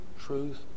truth